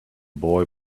boy